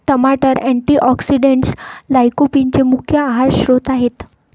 टमाटर अँटीऑक्सिडेंट्स लाइकोपीनचे मुख्य आहार स्त्रोत आहेत